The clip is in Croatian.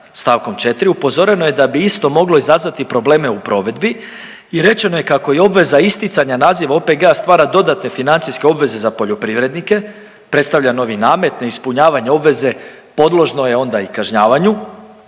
stavkom 4. upozoreno da bi isto moglo izazvati probleme u provedbi i rečeno je kako i obveza isticanja naziva OPG-a stvara dodatne financijske obveze za poljoprivrednike, predstavlja novi namet. Ne ispunjavanje obveze podložno je onda i kažnjavanju,